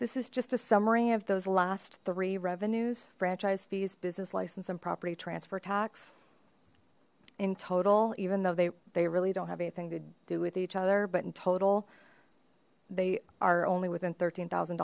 this is just a summary of those last three revenues franchise fees business license and property transfer tax in total even though they they really don't have anything to do with each other but in total they are only within thirteen thousand